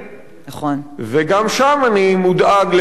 וגם שם אני מודאג בגלל גורלם ועתידם של העובדים.